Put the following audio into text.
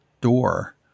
door